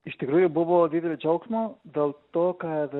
iš tikrųjų buvo didelio džiaugsmo dėl to kad